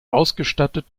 ausgestattet